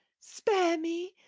spare me!